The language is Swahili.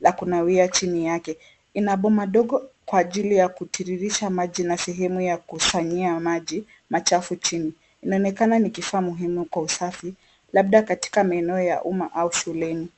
la kunawia chini yake. Inaboma ndogo kwa ajili ya kutiririsha maji na sehemu ya kusanyia maji machafu chini. Inaonekana ni kifaa muhimu kwa usafi, labda katika maeneo ya uma au shuleni.